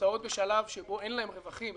שנמצאות בשלב שבו אין להן רווחים.